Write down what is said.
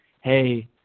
hey